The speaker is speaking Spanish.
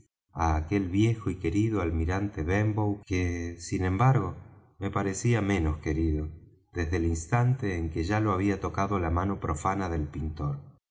aquel viejo y querido almirante benbow que sin embargo me parecía menos querido desde el instante en que ya lo había tocado la mano profana del pintor